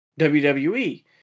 WWE